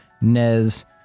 Nez